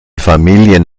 familien